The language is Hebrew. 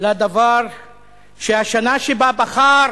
לדבר שהשנה שבה בחר